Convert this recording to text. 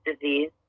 disease